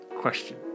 Question